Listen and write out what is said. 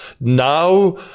now